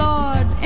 Lord